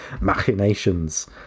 machinations